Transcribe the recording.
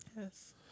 Yes